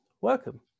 Welcome